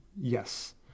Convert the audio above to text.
Yes